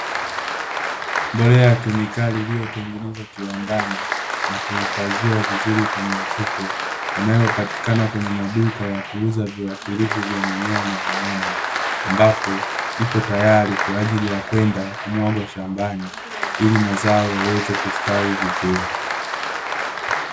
Mbolea ya kemikali iliyotengenezwa kiwandani na kuhifadhiwa vizuri kwenye mfuko, inayopatikana kwenye maduka ya kuuza viwatilifu vya mimea na wanyama ambapo ipo tayari kwa ajili ya kwenda kumwagwa shambani ili mazao yaweze kustawi vizuri.